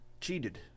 cheated